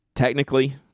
Technically